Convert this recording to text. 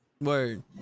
Word